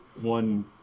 one